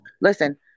Listen